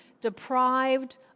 deprived